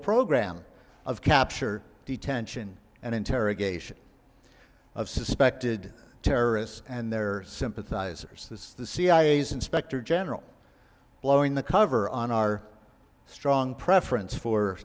program of capture detention and interrogation of suspected terrorists and their sympathizers was the cia's inspector general blowing the cover on our strong preference for